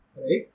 Right